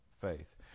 faith